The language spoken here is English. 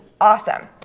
awesome